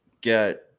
get